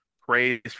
praise